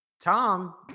Tom